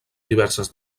diverses